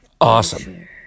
awesome